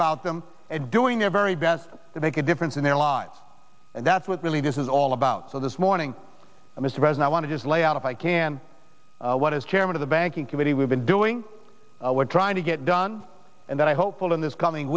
about them and doing their very best to make a difference in their lives and that's what really this is all about so this morning mr president want to just lay out if i can what is chairman of the banking committee we've been doing we're trying to get done and i hopeful in this coming